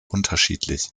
unterschiedlich